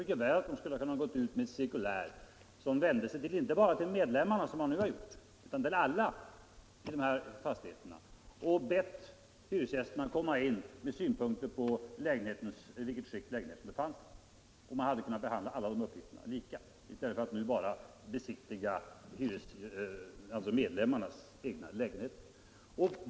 Jag tror att de mycket väl skulle ha kunnat gå ut inte bara till medlemmarna, som nu har skett, utan till alla i dessa fastigheter och be hyresgästerna anföra synpunkter på det skick i vilket lägenheterna befann sig. Och behandlat alla dessa uppgifter lika i stället för att som nu bara besiktiga medlemmarnas lägenheter.